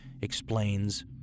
explains